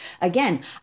Again